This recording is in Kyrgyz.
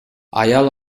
аял